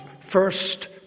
first